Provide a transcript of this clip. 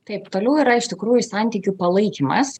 taip toliau yra iš tikrųjų santykių palaikymas